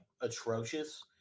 atrocious